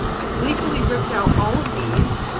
i gleefully ripped out all of these,